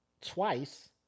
twice